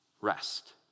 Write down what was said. rest